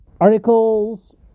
articles